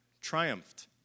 triumphed